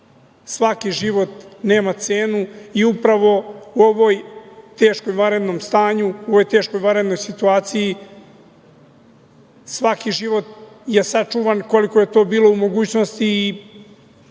svaki život nema cenu. I upravo u ovom teškom vanrednom stanju, u ovoj teškoj vanrednoj situaciji svaki život je sačuvan koliko je to bilo u mogućnosti i